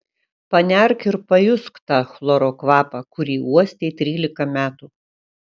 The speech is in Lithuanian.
panerk ir pajusk tą chloro kvapą kurį uostei trylika metų